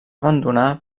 abandonar